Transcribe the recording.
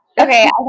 Okay